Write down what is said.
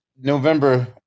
November